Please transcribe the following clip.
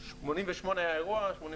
88' היה האירוע, 89'